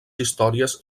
històries